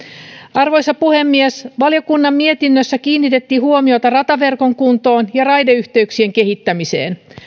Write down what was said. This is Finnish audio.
arvoisa puhemies valiokunnan mietinnössä kiinnitettiin huomiota rataverkon kuntoon ja raideyhteyksien kehittämiseen